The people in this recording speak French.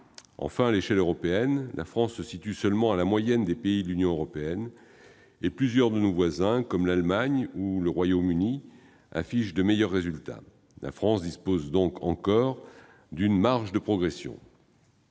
Enfin, à l'échelle de notre continent, la France se situe seulement dans la moyenne des pays de l'Union européenne et plusieurs de nos voisins, comme l'Allemagne ou encore le Royaume-Uni, affichent de meilleurs résultats : la France dispose donc encore d'une marge de progression.